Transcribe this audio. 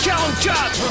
44